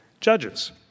judges